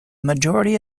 majority